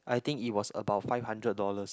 I think it was about five hundred dollars